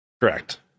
correct